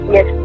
Yes